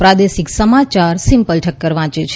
પ્રાદેશિક સમાચાર સિમ્પલ ઠક્કર વાંચે છે